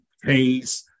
phase